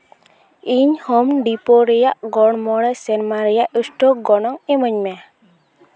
ᱤᱧ home depot ᱨᱮᱭᱟᱜ ᱜᱚᱲ ᱢᱚᱬᱮ ᱥᱮᱨᱢᱟ ᱨᱮᱭᱟᱜ ᱥᱴᱳᱞ ᱜᱚᱱᱚᱝ ᱤᱢᱟᱹᱧ ᱢᱮ